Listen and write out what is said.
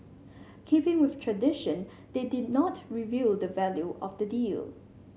keeping with tradition they did not reveal the value of the deal